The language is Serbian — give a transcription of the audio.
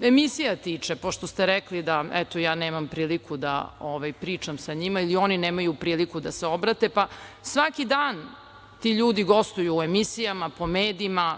emisija tiče, pošto ste rekli da ja nemam priliku da pričam sa njima ili oni nemaju priliku da se obrate, pa svaki dan ti ljudi gostuju u emisija, po medijima.